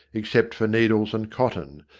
except for needles and cotton,